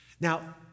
Now